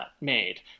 made